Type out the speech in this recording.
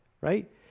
right